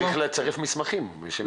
צריכים לצרף מסמכים שמעידים על זה?